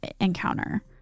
encounter